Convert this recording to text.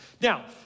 Now